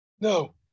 No